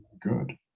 good